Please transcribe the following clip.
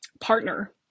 partner